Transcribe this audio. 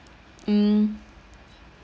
mm